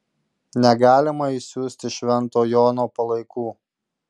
negalima išsiųsti švento jono palaikų